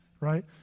right